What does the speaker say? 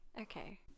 Okay